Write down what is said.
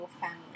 family